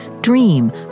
dream